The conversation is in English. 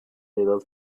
little